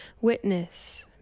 witness